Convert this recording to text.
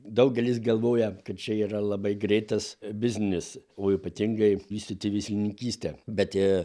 daugelis galvoja kad čia yra labai greitas biznis o ypatingai vystyti veislininkystę bet jie